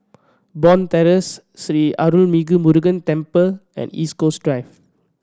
Bond Terrace Sri Arulmigu Murugan Temple and East Coast Drive